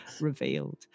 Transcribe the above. revealed